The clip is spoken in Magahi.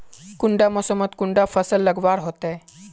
कुंडा मोसमोत कुंडा फसल लगवार होते?